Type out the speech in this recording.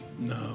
no